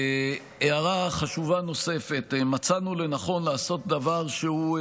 הערה חשובה נוספת: מצאנו לנכון לעשות דבר שהוא,